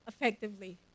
effectively